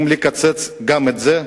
אם נקצץ גם את זה,